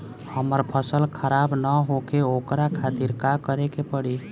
हमर फसल खराब न होखे ओकरा खातिर का करे के परी?